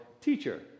teacher